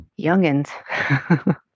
Youngins